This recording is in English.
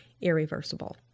irreversible